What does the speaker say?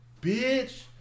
bitch